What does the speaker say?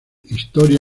historia